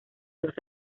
los